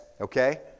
okay